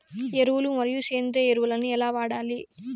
ఎరువులు మరియు సేంద్రియ ఎరువులని ఎలా వాడాలి?